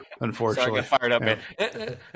Unfortunately